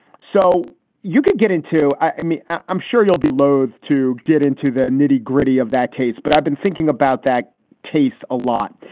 so you could get into. i mean, i'm sure you'll be loathe to get into the nitty gritty of that case. but i've been thinking about that tastes a lot.